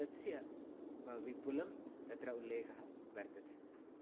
तस्य विपुलं तत्र उल्लेखः वर्तते